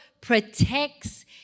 protects